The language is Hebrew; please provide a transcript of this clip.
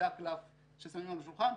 זה הקלף ששמים על השולחן.